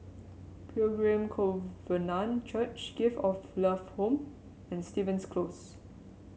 Pilgrim Covenant Church Gift of Love Home and Stevens Close